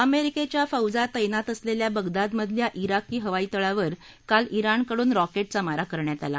अमेरिकेच्या फौजा तैनात असलेल्या बगदादमधल्या ज्ञाकी हवाई तळावर काल ज्ञाणकडून रॉके ज्ञा मारा करण्यात आला